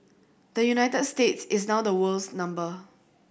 the United States is now the world's number